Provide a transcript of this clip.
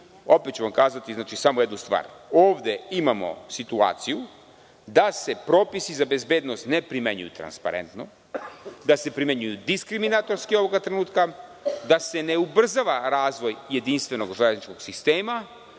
Reći ću vam samo jednu stvar. Ovde imamo situaciju da se propisi za bezbednost ne primenjuju transparentno, da se primenjuju dikriminatorski ovoga trenutka, da se ne ubrzava razvoj jedinstvenog železničkog sistema